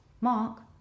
Mark